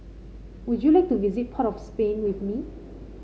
would you like to visit Port of Spain with me